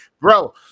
Bro